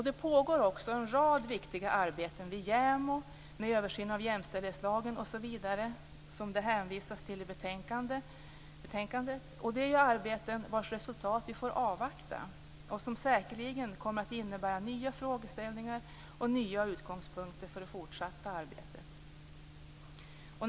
Det pågår också en rad viktiga arbeten vid JämO, t.ex. översyn av jämställdhetslagen, vilket det också hänvisas till i betänkandet. Det är arbeten vars resultat vi får avvakta och som säkerligen kommer att innebära nya frågeställningar och nya utgångspunkter för det fortsatta arbetet.